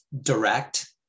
direct